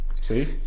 See